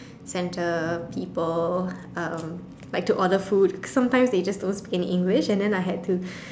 centre people um like to order food sometimes they just don't speak in English and then I had to